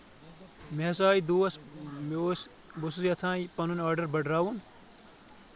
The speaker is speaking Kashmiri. مےٚ ہسا آیہِ دوس مےٚ اوس بہٕ اوسُس یژھان یہِ پنُن آرڈَر بٔڑراوُن